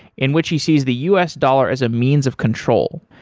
in which he sees the u s. dollar as a means of control.